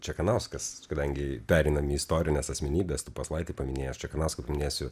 čekanauskas kadangi pereinam į istorines asmenybes tu paslaitį paminėjai aš čekanauską paminėsiu